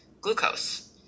glucose